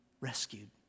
rescued